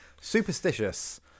superstitious